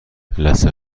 لثه